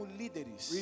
líderes